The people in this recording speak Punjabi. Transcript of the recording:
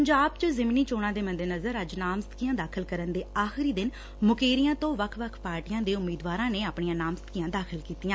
ਪੰਜਾਬ ਚ ਜ਼ਿਮਨੀ ਚੋਣਾਂ ਦੇ ਮੱਦੇਨਜ਼ਰ ਅੱਜ ਨਾਮਜ਼ਦਗੀਆਂ ਦਾਖਲ ਕਰਨ ਦੇ ਆਖਰੀ ਦਿਨ ਮੁਕੇਰੀਆ ਤੋਂ ਵੱਖ ਵੱਖ ਪਾਰਟੀਆਂ ਦੇ ਉਮੀਦਵਾਰਾਂ ਨੇ ਆਪਣੀਆਂ ਨਾਮਜ਼ਦਗੀਆਂ ਦਾਖ਼ਲ ਕੀਤੀਆਂ